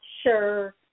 sure